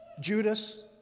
Judas